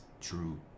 true